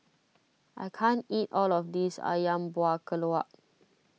I can't eat all of this Ayam Buah Keluak